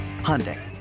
Hyundai